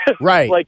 Right